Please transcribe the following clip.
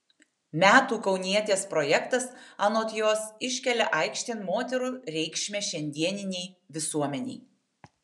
metų kaunietės projektas anot jos iškelia aikštėn moterų reikšmę šiandieninei visuomenei